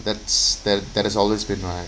that's that that is always been my